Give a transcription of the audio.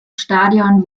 stadion